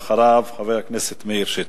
ואחריו, חבר הכנסת מאיר שטרית.